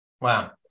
Wow